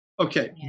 Okay